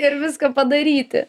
ir viską padaryti